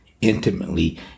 intimately